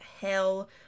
hell